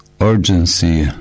urgency